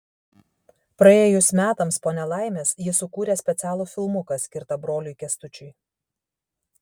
praėjus metams po nelaimės ji sukūrė specialų filmuką skirtą broliui kęstučiui